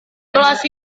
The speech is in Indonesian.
kelas